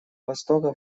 востока